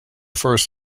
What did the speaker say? first